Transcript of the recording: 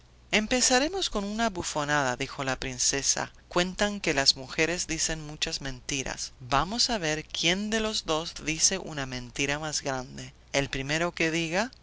empezaremos con una bufonada dijo la princesa cuentan que las mujeres dicen muchas mentiras vamos a ver quien de los dos dice una mentira más grande el primero que diga